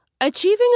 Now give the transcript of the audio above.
Achieving